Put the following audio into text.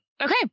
Okay